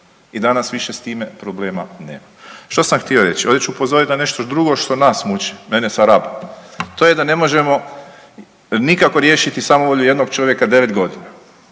i danas više s time problema nema. Što sam htio reći? Ovdje ću upozorit na nešto drugo što nas muči, mene sa Raba. To je da ne možemo nikako riješiti samovolju jednog čovjeka 9.g. koji